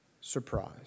surprise